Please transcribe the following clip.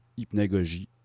hypnagogie